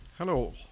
Hello